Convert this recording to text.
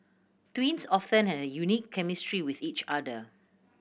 twins often have a unique chemistry with each other